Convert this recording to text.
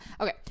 okay